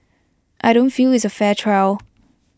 I don't feel it's A fair trial